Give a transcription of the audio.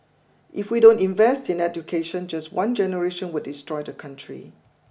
if we don't invest in education just one generation would destroy the country